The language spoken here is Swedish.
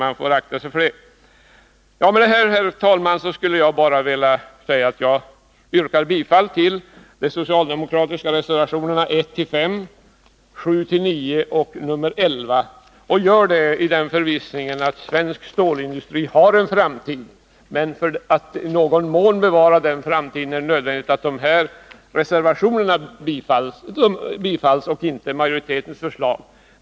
Med detta, herr talman, yrkar jag bifall till de socialdemokratiska reservationerna 1-5, 7-9 samt 11. Jag gör det i förvissningen att svensk stålindustri har en framtid, men för att bevara den framtiden är det nödvändigt att de nämnda reservationerna bifalles.